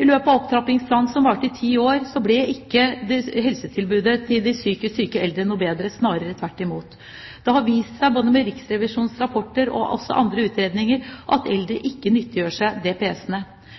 I løpet av opptrappingsplanen, som varte i ti år, ble ikke helsetilbudet til de psykisk syke eldre noe bedre – snarere tvert imot. Det har vist seg både i Riksrevisjonens rapporter og også i andre utredninger at eldre ikke nyttiggjør seg DPS-ene: De over 60 er det